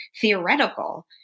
theoretical